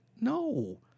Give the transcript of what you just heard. No